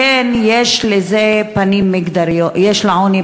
יש לעוני גם פנים מגדריות,